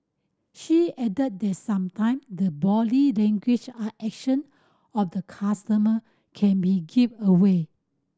she added that sometime the body language and action of the customer can be giveaway